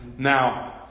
Now